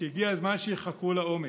שהגיע הזמן שייחקרו לעומק,